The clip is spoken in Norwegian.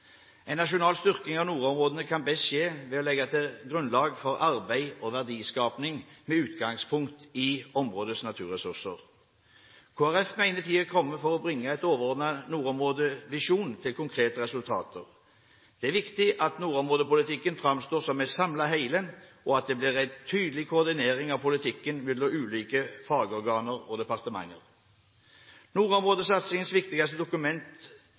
En nasjonal styrking av nordområdene kan best skje ved å legge grunnlag for arbeid og verdiskaping med utgangspunkt i områdets naturressurser. Kristelig Folkeparti mener tiden er kommet for å bringe en overordnet nordområdevisjon til konkrete resultater. Det er viktig at nordområdepolitikken framstår som et samlet hele, og at det blir en tydelig koordinering av politikken mellom ulike fagorganer og departementer. Nordområdesatsingens viktigste